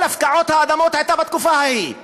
כל הפקעות האדמות היו בתקופה ההיא.